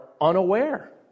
unaware